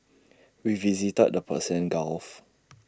we visited the Persian gulf